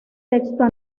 texto